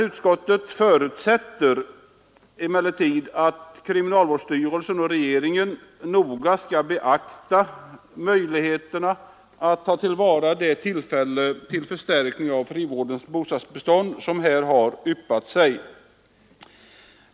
Utskottet förutsätter emellertid att kriminalvårdsstyrelsen och regeringen noga beaktar möjligheterna att ta till vara det tillfälle till förstärkning av frivårdens bostadsbestånd som här yppat sig.